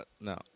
No